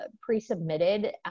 pre-submitted